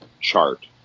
chart